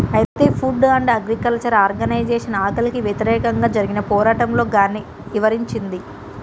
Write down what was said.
అయితే food and agriculture organisation ఆకలికి వ్యతిరేకంగా జరిగిన పోరాటంలో గాన్ని ఇవరించింది